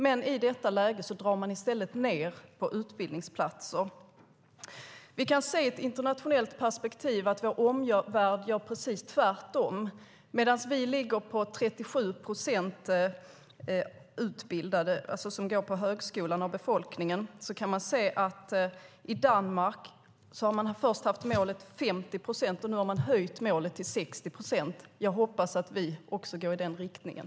Men i detta läge drar man i stället ned på utbildningsplatser. Vi kan se i ett internationellt perspektiv att vår omvärld gör precis tvärtom. Medan vi ligger på 37 procent av befolkningen som går på högskola kan vi se att man i Danmark först har haft målet 50 procent och att man nu har höjt målet till 60 procent. Jag hoppas att vi också går i den riktningen.